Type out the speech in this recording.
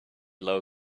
low